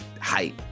height